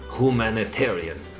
humanitarian